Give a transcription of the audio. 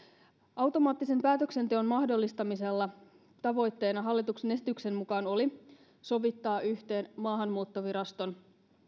automaattisen päätöksenteon mahdollistamisella oli hallituksen esityksen mukaan tavoitteena sovittaa yhteen maahanmuuttoviraston